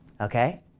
okay